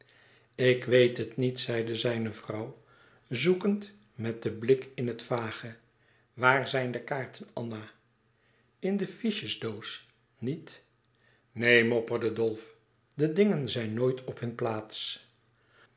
ik weet het niet zeide zijne vrouw zoekend met den blik in het vage waar zijn de kaarten anna in de fichesdoos niet neen mopperde dolf de dingen zijn nooit op hun plaats